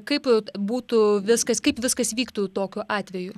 kaip būtų viskas kaip viskas vyktų tokiu atveju